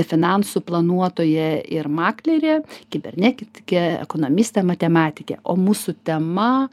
finansų planuotoja ir maklerė kibernetikė ekonomistė matematikė o mūsų tema